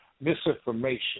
misinformation